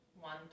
one